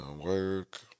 Work